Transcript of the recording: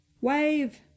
Wave